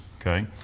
okay